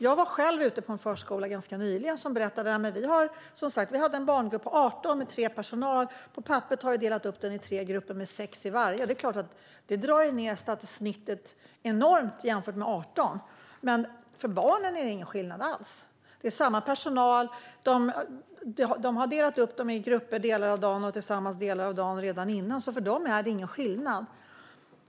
Jag var själv ute på en förskola ganska nyligen, och där berättade de att de hade en barngrupp på 18 barn och tre personal. På papperet hade de delat upp gruppen i tre grupper med sex barn i varje. Det är klart att detta drar ned snittet enormt, om man jämför med 18. Men för barnen är det ingen skillnad alls. Det är samma personal. De delade upp barnen i grupper under delar av dagen och var tillsammans under andra delar av dagen redan tidigare. För dem är detta ingen skillnad.